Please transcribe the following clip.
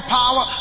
power